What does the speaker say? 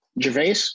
Gervais